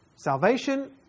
salvation